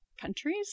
countries